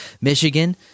Michigan